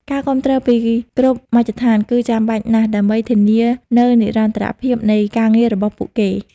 ការគាំទ្រពីគ្រប់មជ្ឈដ្ឋានគឺចាំបាច់ណាស់ដើម្បីធានានូវនិរន្តរភាពនៃការងាររបស់ពួកគេ។